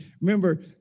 remember